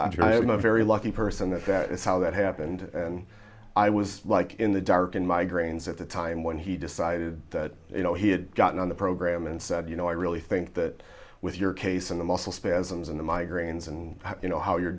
know very lucky person that that is how that happened and i was like in the dark in migraines at the time when he decided that you know he had gotten on the program and said you know i really think that with your case and the muscle spasms in the migraines and you know how you're